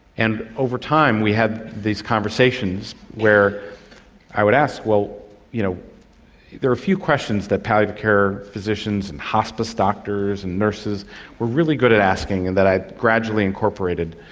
and over time we had these conversations where i would ask, you know there are a few questions that palliative care physicians and hospice doctors and nurses were really good at asking and that i've gradually incorporated,